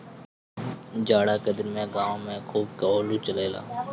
जाड़ा के दिन में गांवे खूब कोल्हू चलेला